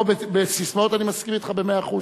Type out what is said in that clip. לא בססמאות, אני מסכים אתך במאה אחוז.